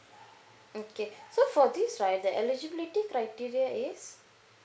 okay so for this right the eligibility criteria is